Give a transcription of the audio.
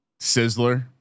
sizzler